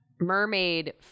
Mermaid